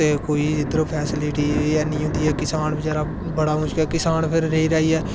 ते कोई फेसीलिटी है नी होंदी ऐ किसान बचारा बड़ा मुश्किल ऐ किसान फिर रेही र्हाइयै